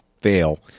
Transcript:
fail